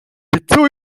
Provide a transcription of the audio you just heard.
хэцүү